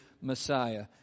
Messiah